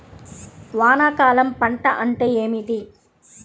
వానాకాలం పంట అంటే ఏమిటి?